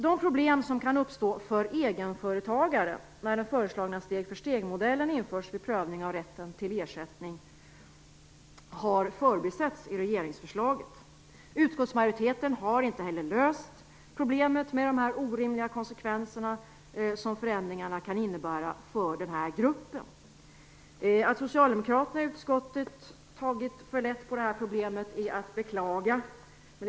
De problem som kan uppstå för egenföretagare, när den föreslagna steg-för-stegmodellen införs vid prövning av rätten till ersättning, har förbisetts i regeringsförslaget. Utskottsmajoriteten har inte heller löst problemet med de orimliga konsekvenser som förändringarna kan innebära för den här gruppen. Att socialdemokraterna i utskottet tagit för lätt på problemet är beklagligt.